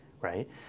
right